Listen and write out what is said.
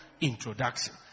introduction